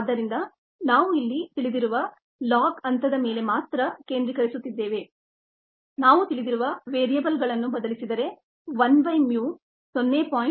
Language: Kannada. ಆದ್ದರಿಂದ ನಾವು ಇಲ್ಲಿ ತಿಳಿದಿರುವ ಲಾಗ್ ಹಂತದ ಮೇಲೆ ಮಾತ್ರ ಕೇಂದ್ರೀಕರಿಸುತ್ತಿದ್ದೇವೆ ನಾವು ತಿಳಿದಿರುವ ವೇರಿಯೇಬಲ್ ಗಳನ್ನು ಬದಲಿಸಿದರೆ 1 ಬೈ mu 0